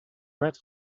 red